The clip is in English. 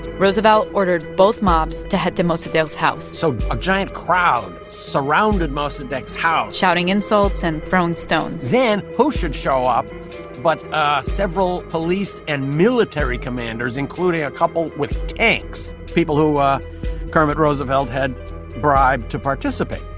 roosevelt ordered both mobs to head to mossadegh's house so a giant crowd surrounded mossadegh's house shouting insults and throwing stones then who should show up but ah several police and military commanders, including a couple with tanks, people who ah kermit roosevelt had bribed to participate?